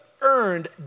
earned